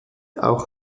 auch